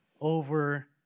over